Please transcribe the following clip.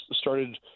started